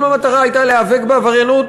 אם המטרה הייתה להיאבק בעבריינות,